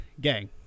gang